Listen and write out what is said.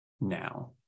now